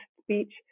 speech